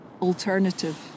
alternative